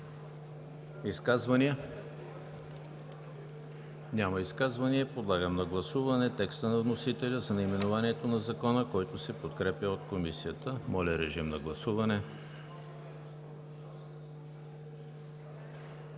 Изказвания? Няма. Подлагам на гласуване текста на вносителя за наименованието на Закона, който се подкрепя от Комисията. Гласували